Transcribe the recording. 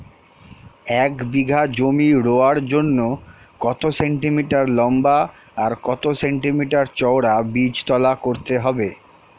এক বিঘা জমি রোয়ার জন্য কত সেন্টিমিটার লম্বা আর কত সেন্টিমিটার চওড়া বীজতলা করতে হবে?